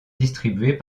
distribués